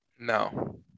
No